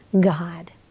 God